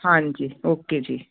ਹਾਂਜੀ ਓਕੇ ਜੀ